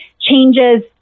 changes